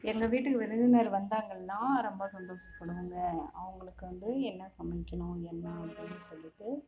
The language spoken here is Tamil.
எங்கள் வீட்டுக்கு விருந்தினர் வந்தாங்கன்னா ரொம்ப சந்தோசப்படுவோங்க அவங்களுக்கு வந்து என்ன சமைக்கணும் என்ன அப்படின்னு சொல்லிகிட்டு